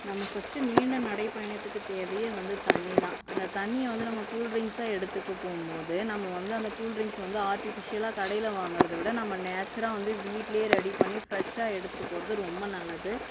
நம்ம ஃபஸ்ட் நீண்ட நடைப்பயணத்துக்கு தேவையே வந்து தண்ணி தான் அந்த தண்ணியை வந்து நம்ம கூல்ட்ரிங்சாக எடுத்துக்க போகும்போது நம்ம வந்து அந்த கூல்ட்ரிங்ஸை வந்து ஆர்ட்டிஃபீஷியலாக கடையில் வாங்குவத விட நம்ம நேச்சராக வந்து வீட்டிலே ரெடி பண்ணி ஃபிரஷ்ஷாக எடுத்துட்டு போகிறது ரொம்ப நல்லது